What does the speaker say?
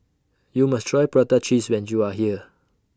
YOU must Try Prata Cheese when YOU Are here